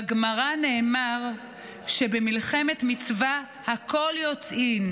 בגמרא נאמר שבמלחמת מצווה הכול יוצאין,